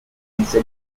ese